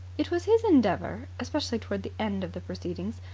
it was his endeavour, especially towards the end of the proceedings,